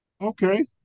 Okay